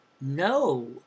No